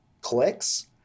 clicks